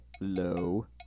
Low